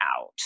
out